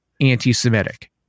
anti-Semitic